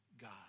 God